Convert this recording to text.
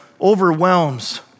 overwhelms